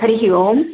हरिः ओम्